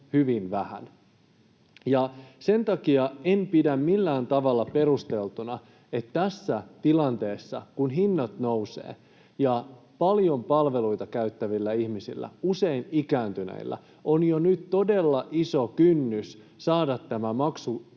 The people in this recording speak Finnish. Sen takia en pidä millään tavalla perusteltuna, että nyt tässä tilanteessa, kun hinnat nousevat ja paljon palveluita käyttävillä ihmisillä, usein ikääntyneillä, on jo nyt todella iso kynnys saada tämä maksukatto